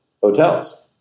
hotels